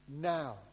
now